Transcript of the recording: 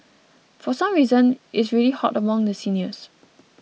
for some reason is really hot among the seniors